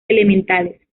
elementales